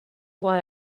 why